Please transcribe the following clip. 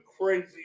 crazy